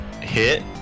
Hit